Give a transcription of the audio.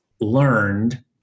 learned